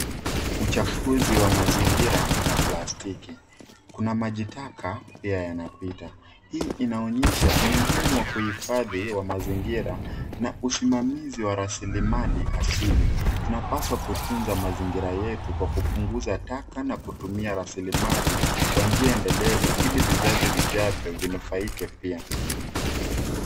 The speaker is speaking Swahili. Uchafuzi wa mazingira na plastiki. Kuna maji taka pia yanapita. Hii inaonyesha umuhimu wa kuhifadhi wa mazingira na usimamizi wa rasilimali asili. Tunapaswa kutuza mazingira yetu kwa kupunguza taka na kutumia rasilimali kwa njia endelevu ili vizazi vijavyo vinufaike pia.